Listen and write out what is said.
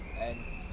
and